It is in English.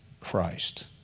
Christ